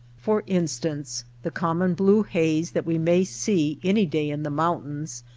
for instance, the common blue haze that we may see any day in the moun tains,